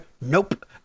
nope